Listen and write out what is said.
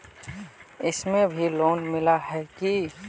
इसमें भी लोन मिला है की